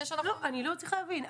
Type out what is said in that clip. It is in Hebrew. לא, אני לא מצליחה להבין.